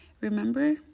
Remember